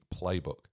Playbook